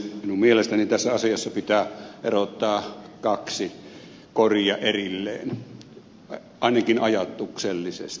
minun mielestäni tässä asiassa pitää erottaa kaksi koria erilleen ainakin ajatuksellisesti